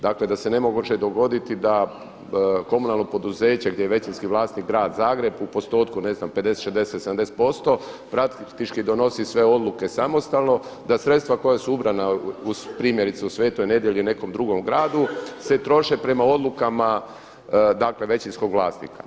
Dakle da se ne može dogoditi da komunalno poduzeće gdje je većinski vlasnik Grad Zagreb u postotku ne znam 50, 60, 70% praktički donosi sve odluke samostalno, da sredstva koja su ubrana primjerice u Svetoj Nedjelji ili nekom drugom gradu se troše prema odlukama dakle većinskog vlasnika.